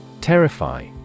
Terrify